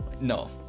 no